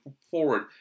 forward